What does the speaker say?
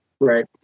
Right